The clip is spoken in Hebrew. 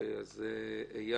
איל